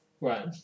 Right